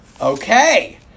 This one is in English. Okay